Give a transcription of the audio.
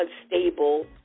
unstable